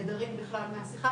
הם נעדרים בכלל מהשיחה,